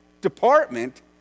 department